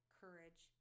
courage